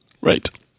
Right